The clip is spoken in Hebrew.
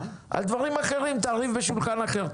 על דברים אחרים תריב בשולחן אחר,